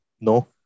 No